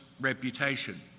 reputation